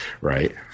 right